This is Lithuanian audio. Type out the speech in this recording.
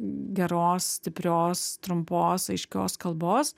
geros stiprios trumpos aiškios kalbos